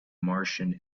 martians